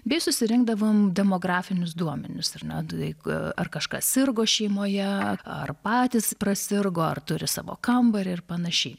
bei susirinkdavom demografinius duomenis ar ne ar kažkas sirgo šeimoje ar patys prasirgo ar turi savo kambarį ir panašiai